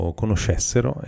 conoscessero